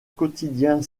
quotidien